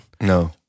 No